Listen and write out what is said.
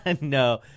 No